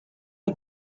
you